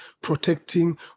protecting